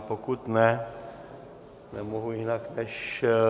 Pokud ne, nemohu jinak, než...